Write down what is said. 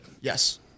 Yes